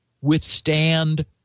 withstand